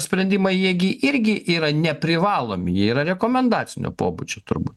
sprendimai jie gi irgi yra neprivalomi jie yra rekomendacinio pobūdžio turbūt